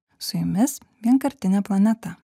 su jumis vienkartinė planeta